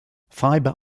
fiber